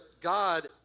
God